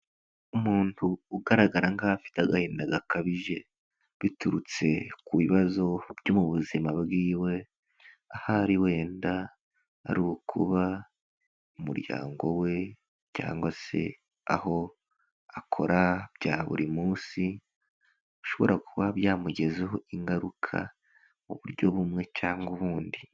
Umuntu ugaragara nk'aho afite agahinda gakabije, biturutse ku bibazo byo mu buzima bwiwe, ahari wenda ari ukuba mu umuryango we, cyangwa se aho akora bya buri munsi, bishobora kuba byamugizeho ingaruka mu buryo bumwe cyangwa ubundi.